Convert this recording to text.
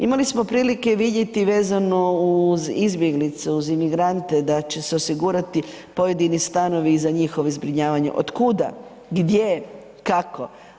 Imali smo prilike vidjeti vezano uz izbjeglice, uz migrante da će se osigurati pojedini stanovi za njihovo zbrinjavanje, otkuda, gdje, kako?